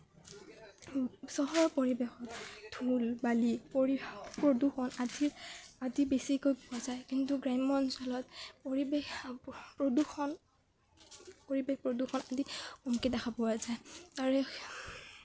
চহৰৰ পৰিৱেশত ধূল বালি পৰিৱেশ প্ৰদূষণ আদি বেছিকৈ পোৱা যায় কিন্তু গ্ৰাম্য অঞ্চলত পৰিৱেশ প্ৰদূষণ পৰিৱেশ প্ৰদূষণ আদি কমকে দেখা পোৱা যায় আৰু